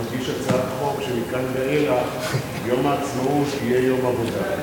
נגיש הצעת חוק שמכאן ואילך יום העצמאות יהיה יום עבודה.